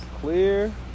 clear